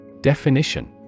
Definition